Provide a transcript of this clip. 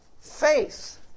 faith